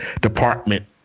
department